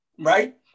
Right